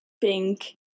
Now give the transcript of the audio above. pink